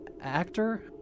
actor